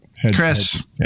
Chris